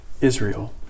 Israel